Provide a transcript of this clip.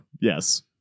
yes